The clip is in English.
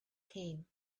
came